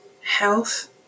health